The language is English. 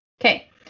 Okay